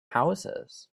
houses